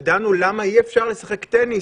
כשדנו למה אי אפשר לשחק טניס,